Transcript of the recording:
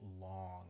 long